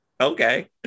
okay